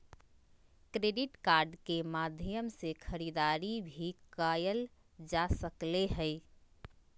credit card के माध्यम से खरीदारी भी कायल जा सकले हें